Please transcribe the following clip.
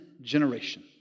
generation